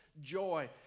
joy